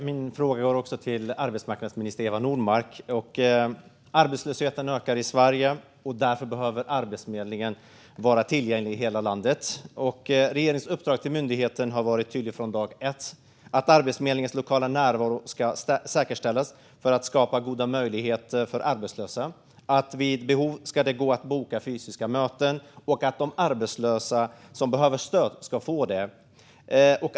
Fru talman! Min fråga går till arbetsmarknadsminister Eva Nordmark. Arbetslösheten ökar i Sverige. Därför behöver Arbetsförmedlingen vara tillgänglig i hela landet. Regeringens uppdrag till myndigheten har varit tydligt från dag ett: Arbetsförmedlingens lokala närvaro ska säkerställas för att skapa goda möjligheter för arbetslösa. Vid behov ska det gå att boka fysiska möten, och de arbetslösa som behöver stöd ska få det.